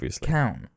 count